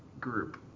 group